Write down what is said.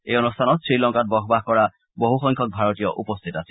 এই অনুষ্ঠানত শ্ৰীলংকাত বসবাস কৰা বহুসংখ্যক ভাৰতীয় উপস্থিত আছিল